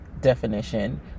definition